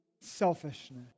selfishness